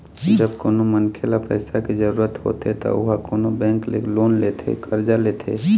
जब कोनो मनखे ल पइसा के जरुरत होथे त ओहा कोनो बेंक ले लोन लेथे करजा लेथे